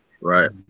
Right